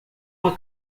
uma